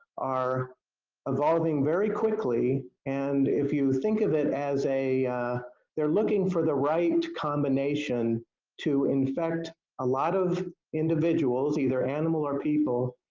are evolving very quickly and if you think of it as a they are looking for the right combination to infect a lot of individuals, either animal or people,